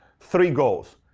three goals.